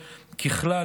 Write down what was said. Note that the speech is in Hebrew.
ככלל,